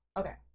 okay